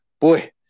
boy